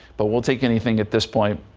but we'll take anything at this point.